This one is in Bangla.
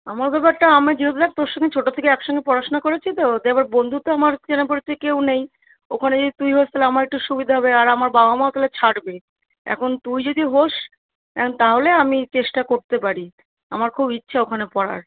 আমার ব্যাপারটা আমি যেহেতু দ্যাখ তোর সঙ্গে ছোটর থেকে একসঙ্গে পড়াশোনা করেছি তো দিয়ে এবার বন্ধু তো আমার চেনা পরিচিত কেউ নেই ওখানে যদি তুই হোস তাহলে আমার একটু সুবিধা হবে আর আমার বাবা মাও তাহলে ছাড়বে এখন তুই যদি হোস এখন তাহলে আমি চেষ্টা করতে পারি আমার খুব ইচ্ছা ওখানে পড়ার